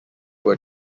were